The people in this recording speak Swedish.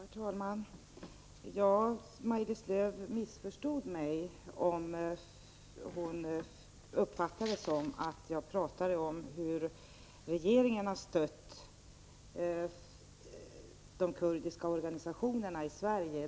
Herr talman! Maj-Lis Lööw missförstod mig om hon uppfattade det som om jag talade om hur regeringen har stött de kurdiska organisationerna i Sverige.